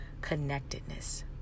connectedness